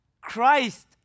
Christ